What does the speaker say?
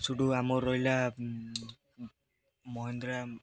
ସେଠୁ ଆମର ରହିଲା ମହିନ୍ଦ୍ରା